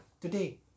today